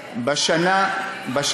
לא לא, על הדיור הציבורי צריך לדבר.